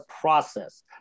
process